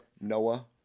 noah